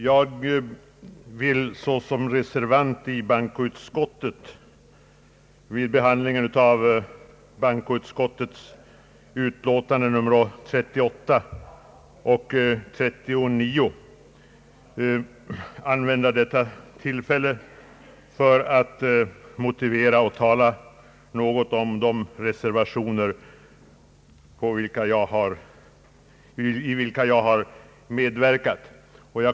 Jag vill såsom reservant i bankoutskottet vid behandlingen av utlåtandena nr 38 och 39 använda detta tillfälle för att motivera de reservationer, till vilka jag har medverkat.